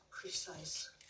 precise